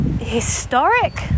historic